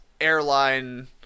airline